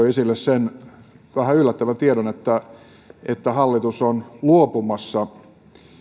esille sen vähän yllättävän tiedon että hallitus on luopumassa